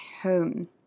home